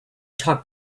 talk